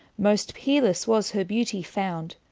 most peerlesse was her beautye founde,